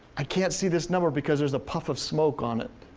i can't see this number because there's a puff of smoke on it.